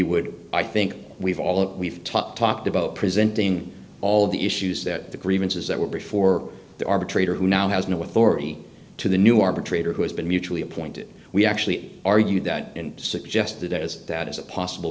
would i think we've all we've talked talked about presenting all of the issues that the grievances that were before the arbitrator who now has no authority to the new arbitrator who has been mutually appointed we actually argue that suggested as that is a possible